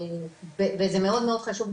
וזה מאוד מאוד חשוב,